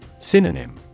Synonym